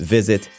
Visit